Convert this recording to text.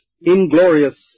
inglorious